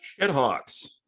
Shithawks